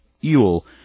Eul